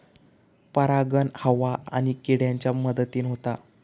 परागण हवा आणि किड्यांच्या मदतीन होता